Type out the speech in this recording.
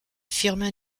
firmin